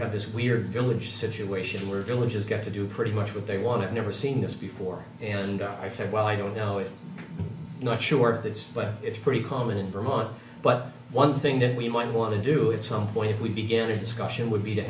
have this weird village situation where villages get to do pretty much what they want never seen this before and i said well i don't know it not sure if it's but it's pretty common in vermont but one thing that we might want to do it some point if we began a discussion would be to